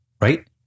right